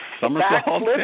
somersaults